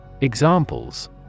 Examples